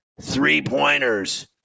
three-pointers